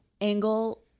angle